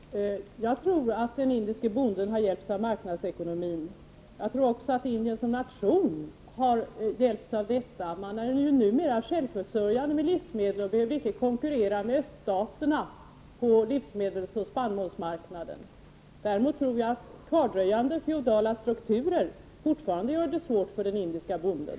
Fru talman! Ja, jag tror att den indiske bonden har hjälpts av marknadsekonomin. Jag tror också att Indien som nation har hjälpts av den. Man är numera självförsörjande med livsmedel och behöver icke konkurrera med öststaterna på livsmedelsoch spannmålsmarknaden. Däremot tror jag att kvardröjande feodala strukturer fortfarande gör det svårt för den indiske bonden.